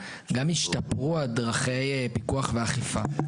גם השתפרו דרכי הפיקוח ואכיפה.